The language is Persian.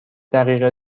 دقیقه